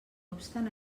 obstant